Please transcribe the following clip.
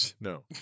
No